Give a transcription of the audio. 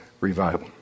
revival